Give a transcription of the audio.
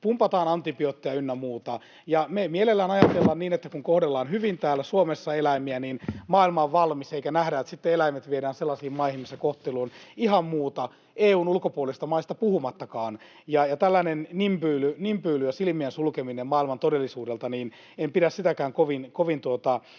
pumpataan antibiootteja ynnä muuta, ja me mielellään ajatellaan niin, että kun kohdellaan hyvin täällä Suomessa eläimiä, niin maailma on valmis, eikä nähdä, että sitten eläimet viedään sellaisiin maihin, missä kohtelu on ihan muuta, EU:n ulkopuolisista maista puhumattakaan. Tällaistakaan nimbyilyä ja silmien sulkemista maailman todellisuudelta en pidä kovin